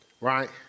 right